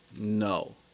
No